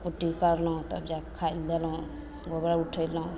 कुट्टि कटलहुँ तब जा कऽ खाइ लए देलहुँ गोबर उठेलहुँ